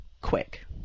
quick